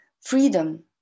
freedom